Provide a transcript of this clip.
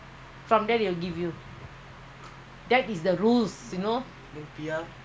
unless they don't want they want to cut they work cut P_R cut work